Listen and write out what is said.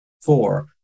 four